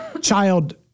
child